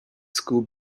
school